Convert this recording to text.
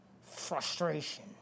frustration